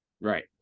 Right